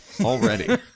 already